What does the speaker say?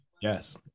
Yes